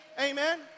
Amen